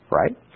right